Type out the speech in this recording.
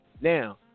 now